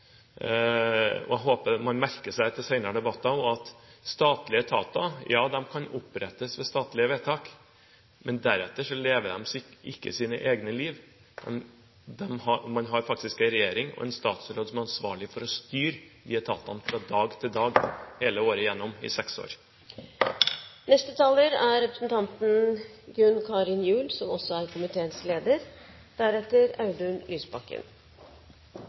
man merker seg det til senere debatter, at statlige etater kan opprettes ved statlige vedtak, men deretter lever de ikke sine egne liv. Man har faktisk en regjering og en statsråd som er ansvarlig for å styre disse etatene fra dag til dag hele året gjennom – i seks år. : Jeg må bare innrømme at jeg ikke hadde tenkt å forlenge debatten noe særlig. Men etter å ha hørt representanten